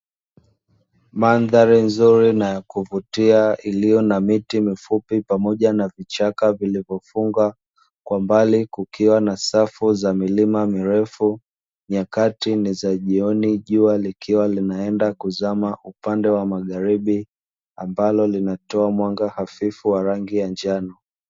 Mandhari nzuri na ya kuvutia iliyo na miti mifupi pamoja na vichaka vilivyofunga, kwa mbali kukiwa na safu za milima mirefu, nyakati ni za jioni jua likiwa lina enda kuzama upande wa magharibi, ambalo lina toa mwanga hafifu wa rangi ya njano.